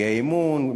האי-אמון,